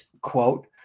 Quote